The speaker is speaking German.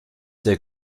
sehr